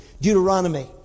Deuteronomy